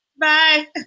Bye